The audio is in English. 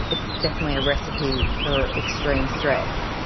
it's definitely a recipe for extreme stress.